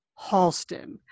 Halston